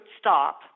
stop